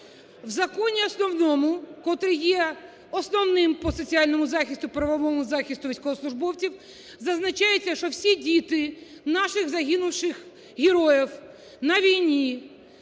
У законі основному, котрий є основним по соціальному захисту, правовому захисту військовослужбовців зазначається, що всі діти наших загинувших героїв на війні,